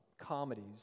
comedies